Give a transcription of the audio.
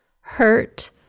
hurt